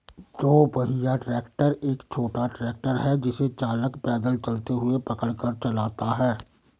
दो पहिया ट्रैक्टर एक छोटा ट्रैक्टर है जिसे चालक पैदल चलते हुए पकड़ कर चलाता है